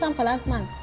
um for last month.